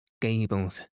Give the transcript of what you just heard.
gables